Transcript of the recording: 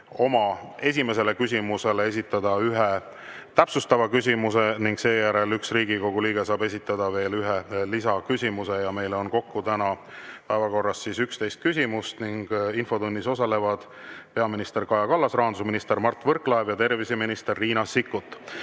oma esimesele küsimusele esitada ühe täpsustava küsimuse ning seejärel saab üks Riigikogu liige esitada ühe lisaküsimuse. Meil on kokku täna päevakorras 11 küsimust ning infotunnis osalevad peaminister Kaja Kallas, rahandusminister Mart Võrklaev ja terviseminister Riina Sikkut.